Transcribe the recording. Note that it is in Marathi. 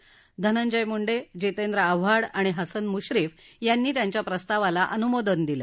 तर धनंजय मुंडे जितेंद्र आव्हाड आणि हसन मुश्रीफ यांनी त्यांच्या प्रस्तावाला अनुमोदन दिलं